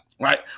right